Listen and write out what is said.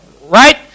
Right